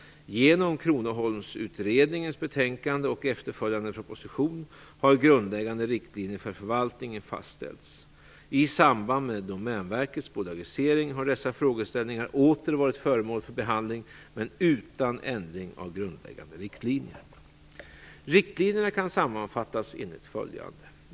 Genom Kronoholmsutredningens betänkande och efterföljande proposition har grundläggande riktlinjer för förvaltningen fastställts. I samband med Domänverkets bolagisering har dessa frågeställningar åter varit föremål för behandling men utan ändring av grundläggande riktlinjer. Riktlinjerna kan sammanfattas enligt följande.